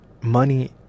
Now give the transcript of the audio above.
money